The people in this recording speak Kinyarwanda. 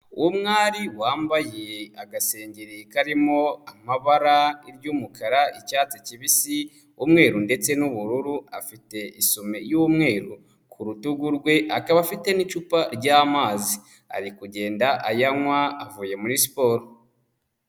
Uwo mwari wambaye agasengeri karimo amabara: iry'umukara, icyatsi kibisi, umweru ndetse n'ubururu, afite isume y'umweru ku rutugu rwe, akaba afite n'icupa ry'amazi, ari kugenda ayanywa, avuye muri siporo.